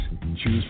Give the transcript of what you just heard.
Choose